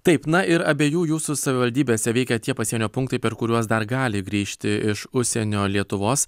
taip na ir abiejų jūsų savivaldybėse veikia tie pasienio punktai per kuriuos dar gali grįžti iš užsienio lietuvos